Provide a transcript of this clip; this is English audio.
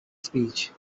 speech